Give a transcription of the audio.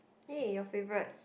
!yay! your favourite